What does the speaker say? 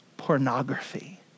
Pornography